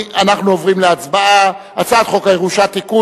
אנחנו עוברים להצבעה על הצעת חוק הירושה (תיקון,